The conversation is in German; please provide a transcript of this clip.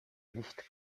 nicht